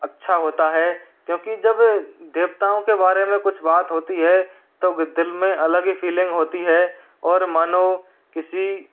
अच्छा होता है क्योंकि जब देवताओं के बारे में कुछ बात होती है तब दिल में अलग ही फीलिंग होती है और मानो किसी